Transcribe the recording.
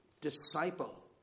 disciple